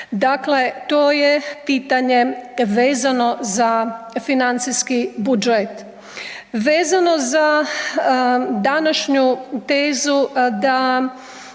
Dakle, to je pitanje vezano za financijski budžet. Vezano za današnju tezu da